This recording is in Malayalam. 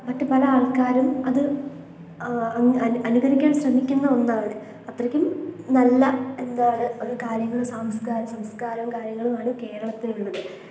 മറ്റ് പല ആൾക്കാരും അത് അനു അനുകരിക്കാൻ ശ്രമിക്കുന്ന ഒന്നാണ് അത്രയ്ക്കും നല്ല എന്താണ് ഒരു കാര്യങ്ങളും സംസ്കാരം സംസ്കാരം കാര്യങ്ങളുമാണ് കേരളത്തിനുള്ളത്